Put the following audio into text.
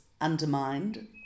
undermined